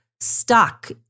stuck